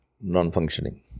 non-functioning